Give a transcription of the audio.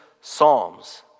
Psalms